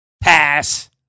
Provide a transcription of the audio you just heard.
Pass